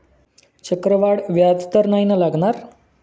चक्रवाढ व्याज तर नाही ना लागणार?